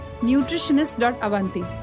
nutritionist.avanti